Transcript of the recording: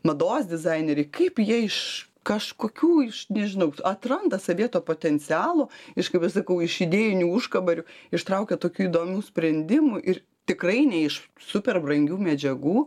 mados dizaineriai kaip jie iš kažkokių iš nežinau atranda savyje to potencialo iš kaip aš sakau iš idėjinių užkabarių ištraukia tokių įdomių sprendimų ir tikrai ne iš super brangių medžiagų